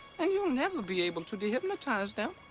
and you'll never be able to de-hypnotize them.